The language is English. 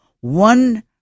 one